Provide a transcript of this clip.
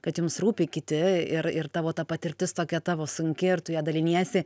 kad jums rūpi kiti ir ir tavo ta patirtis tokia tavo sunki ir tu ja daliniesi